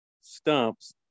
stumps